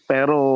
Pero